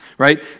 right